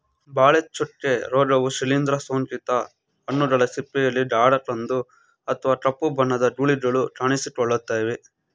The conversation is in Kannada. ಬಾಳೆ ಚುಕ್ಕೆ ರೋಗವು ಶಿಲೀಂದ್ರ ಸೋಂಕಿತ ಹಣ್ಣುಗಳ ಸಿಪ್ಪೆಯಲ್ಲಿ ಗಾಢ ಕಂದು ಅಥವಾ ಕಪ್ಪು ಬಣ್ಣದ ಗುಳಿಗಳು ಕಾಣಿಸಿಕೊಳ್ತವೆ